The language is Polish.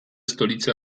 stolicy